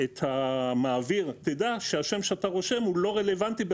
את המעביר שידע שהשם שהוא רושם לא רלוונטי?